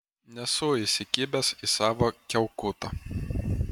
nesu įsikibęs į savo kiaukutą